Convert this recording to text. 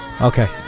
Okay